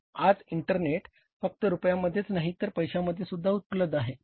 आज इंटरनेट फक्त रुपयांमध्येच नाही तर पैशांमध्येसुद्धा उपलब्ध आहे